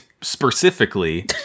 specifically